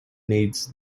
needs